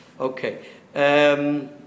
Okay